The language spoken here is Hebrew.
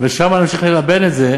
ושם נמשיך ללבן את זה,